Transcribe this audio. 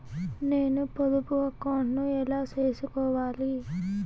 నేను పొదుపు అకౌంటు ను ఎలా సేసుకోవాలి?